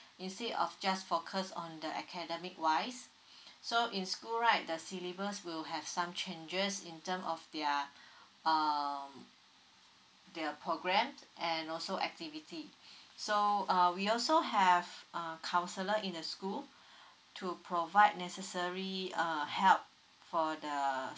instead of just focused on the academic wise so in school right the syllabus will have some changes in terms of their um their programs and also activity so uh we also have a counsellor in the school to provide necessary uh help for the